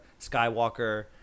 Skywalker